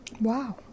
Wow